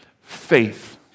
faith